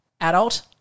adult